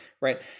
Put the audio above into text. Right